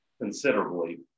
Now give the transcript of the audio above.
considerably